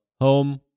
home